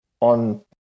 on